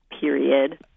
period